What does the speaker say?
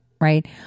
right